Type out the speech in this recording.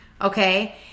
okay